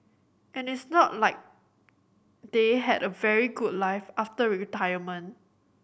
and it's not like they had a very good life after retirement